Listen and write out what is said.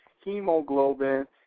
Hemoglobin